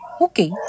Okay